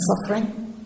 suffering